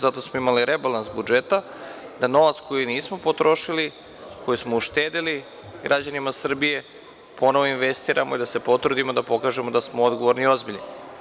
Zato smo imali rebalans budžeta, da novac koji nismo potrošili, koji smo uštedeli građanima Srbije ponovo investiramo i da se potrudimo da pokažemo da smo odgovorni i ozbiljni.